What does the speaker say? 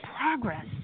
progress